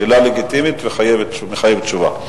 זו שאלה לגיטימית ומחייבת תשובה.